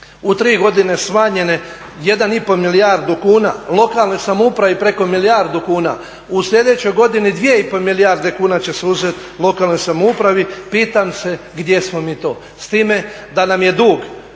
u tri godine smanjene jedan i pol milijardu kuna, lokalnoj samoupravi preko milijardu kuna, u sljedećoj godini dvije i pol milijarde kuna će se uzeti lokalnoj samoupravi pitam se gdje smo mi to s time da nam je dug,